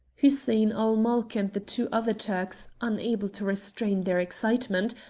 hussein-ul-mulk and the two other turks, unable to restrain their excitement,